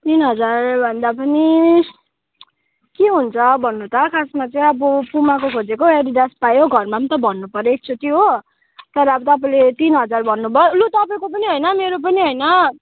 तिन हजार भन्दा पनि के हुन्छ भन्नु त खासमा चाहिँ अब पुमाको खोजेको एडिडास पायो घरमा पनि त भन्नुपर्यो एकचोटि हो तर अब तपाईँले तिन हजार भन्नुभयो लु तपाईँको पनि होइन मेरो पनि होइन